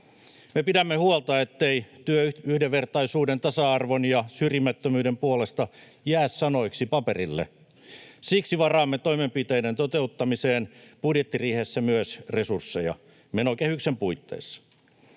Me pidämme huolta, ettei työ yhdenvertaisuuden, tasa-arvon ja syrjimättömyyden puolesta jää sanoiksi paperille. Siksi varaamme toimenpiteiden toteuttamiseen budjettiriihessä myös resursseja — menokehyksen puitteissa.